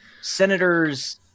senators